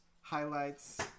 highlights